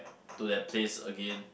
to that place again